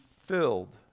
filled